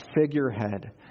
figurehead